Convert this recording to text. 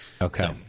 Okay